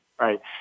right